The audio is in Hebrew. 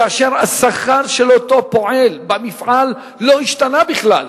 כאשר השכר של אותו פועל במפעל לא השתנה בכלל.